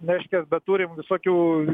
reiškias bet turim visokių